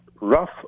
rough